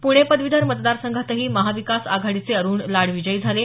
पुणे पदवीधर मतदार संघातही महाविकास आघाडीचे अरुण लाड विजयी झाले